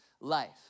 life